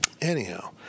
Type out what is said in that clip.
Anyhow